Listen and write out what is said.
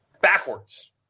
backwards